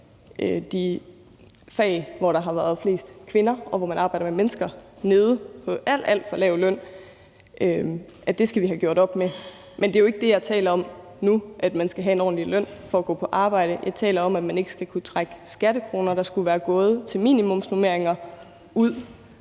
de fag, hvor der har været flest kvinder, og hvor man arbejder med mennesker, nede på en alt, alt for lav løn, og det skal vi have gjort op med. Men det er jo ikke det, jeg taler om nu, altså at man ikke skal have en ordentlig løn for at gå på arbejde. Jeg taler om, at man ikke skal kunne trække skattekroner, der skulle være gået til minimumsnormeringer, ud